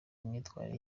imyitwarire